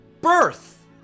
birth